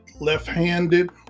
left-handed